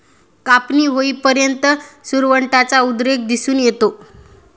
कापणी होईपर्यंत सुरवंटाचा उद्रेक दिसून येतो